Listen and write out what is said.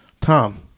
Tom